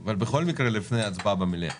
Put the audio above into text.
אבל בכל מקרה לפני ההצבעה במליאה.